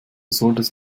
solltest